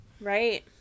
Right